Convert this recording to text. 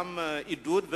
גם עידוד,